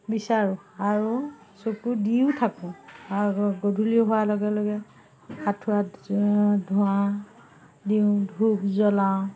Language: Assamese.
বিচাৰোঁ আৰু চকু দিও থাকোঁ আৰু গধূলি হোৱাৰ লগে লগে আঁঠুৱাত ধোঁৱা দিওঁ ধূপ জ্বলাওঁ